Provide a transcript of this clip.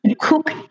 Cook